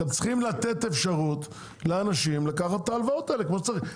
אתם צריכים לתת אפשרות לאנשים לתת את ההלוואות האלה כמו שצריך.